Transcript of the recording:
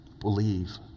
Believe